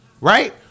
right